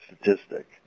statistic